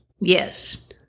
Yes